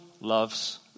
loves